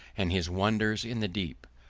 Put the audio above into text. and his wonders in the deep.